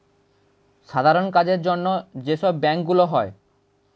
সাধারণ কাজের জন্য যে সব ব্যাংক গুলো হয়